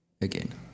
Again